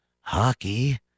Hockey